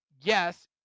yes